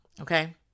okay